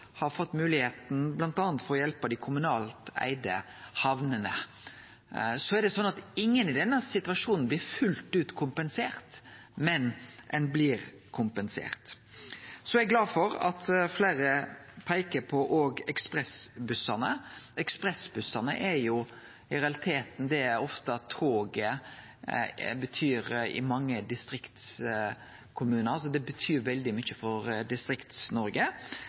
har fått høve til bl.a. å hjelpe dei kommunalt eigde hamnene. Så er det sånn at ingen i denne situasjon blir fullt ut kompensert, men ein blir kompensert. Eg er glad for at fleire peiker på ekspressbussane. Ekspressbussane er i realiteten det toget ofte betyr elles, i mange distriktskommunar, dei betyr altså veldig mykje for